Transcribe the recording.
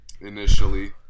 initially